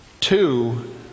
Two